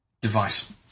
Device